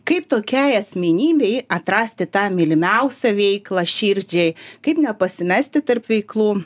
kaip tokiai asmenybei atrasti tą mylimiausią veiklą širdžiai kaip nepasimesti tarp veiklų